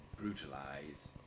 brutalize